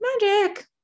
Magic